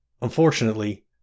Unfortunately